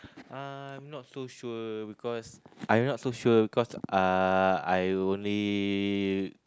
I'm not too sure because I'm not too sure because I I only